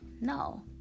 No